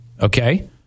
Okay